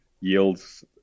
yields